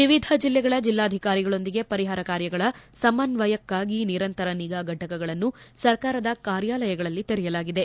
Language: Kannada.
ವಿವಿಧ ಜಿಲ್ಲೆಗಳ ಜಿಲ್ಲಾಧಿಕಾರಿಗಳೊಂದಿಗೆ ಪರಿಹಾರ ಕಾರ್ಯಗಳ ಸಮನ್ನಯಕ್ನಾಗಿ ನಿರಂತರ ನಿಗಾ ಫಟಕವನ್ನು ಸರ್ಕಾರದ ಕಾರ್ಯಾಲಯದಲ್ಲಿ ತೆರೆಯಲಾಗಿದೆ